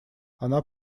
она